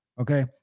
Okay